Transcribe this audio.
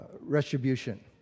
retribution